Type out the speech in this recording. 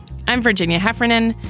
i'm virginia heffernan.